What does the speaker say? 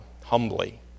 humbly